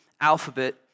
alphabet